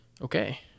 Okay